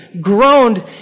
groaned